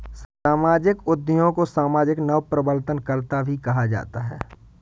सामाजिक उद्यमियों को सामाजिक नवप्रवर्तनकर्त्ता भी कहा जाता है